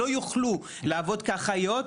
לא יוכלו לעבוד כאחיות,